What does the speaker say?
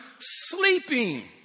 sleeping